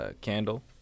candle